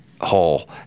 hole